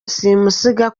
simusiga